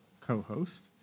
co-host